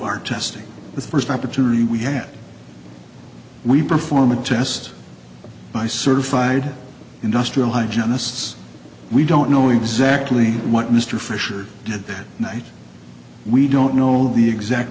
our testing the first opportunity we had we perform a test by certified industrial hi genesis we don't know exactly what mr fisher did that night we don't know the exact